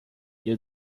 you